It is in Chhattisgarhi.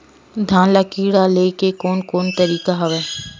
धान ल कीड़ा ले के कोन कोन तरीका हवय?